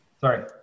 sorry